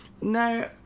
No